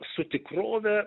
su tikrove